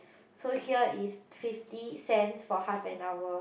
so here is fifty cents for half an hour